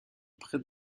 près